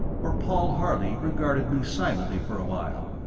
for paul harley regarded me silently for a while.